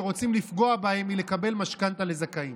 שרוצים למנוע מהן לקבל משכנתה לזכאים.